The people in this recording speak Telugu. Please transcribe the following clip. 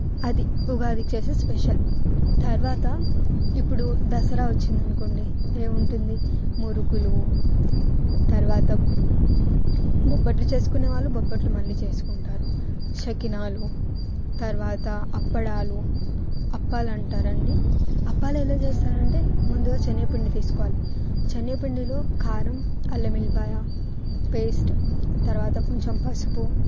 అది ఉగాదికి చేసే స్పెషల్ తర్వాత ఇప్పుడు దసరా వచ్చింది అనుకోండి ఏమి ఉంటుంది మురుకులు తర్వాత బొప్పట్లు చేసుకునే వాళ్ళు బొప్పట్లు మళ్లీ చేసుకుంటారు సకినాలు తర్వాత అప్పడాలు అప్పాలు అంటారండి అప్పాలు ఎలా చేస్తారంటే ముందుగా శనగపిండి తీసుకోవాలి శనగపిండిలో కారం అల్లం ఎల్లిపాయ పేస్ట్ తర్వాత కొంచెం పసుపు